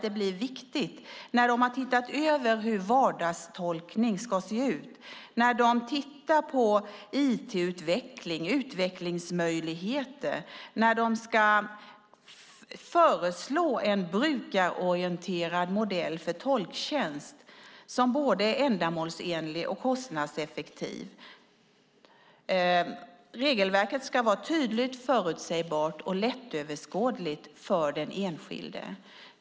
Det blir viktigt, när de tittar över hur vardagstolkning ska se ut, när de tittar på IT-utveckling, utvecklingsmöjligheter och när de ska föreslå en brukarorienterad modell för tolktjänst som är både ändamålsenlig och kostnadseffektiv och där regelverket ska vara tydligt förutsägbart och lättöverskådligt för den enskilde.